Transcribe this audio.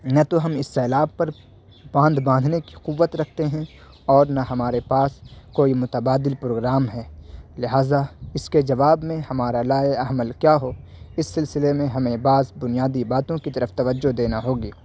نہ تو ہم اس سیلاب پر باندھ باندھنے کی قوت رکھتے ہیں اور نہ ہمارے پاس کوئی متبادل پروگرام ہے لہٰذا اس کے جواب میں ہمارا لائحۂ عمل کیا ہو اس سلسلے میں ہمیں بعض بنیادی باتوں کی طرف توجہ دینا ہوگی